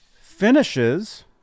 finishes